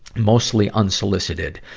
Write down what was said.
mostly unsolicited.